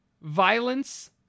violence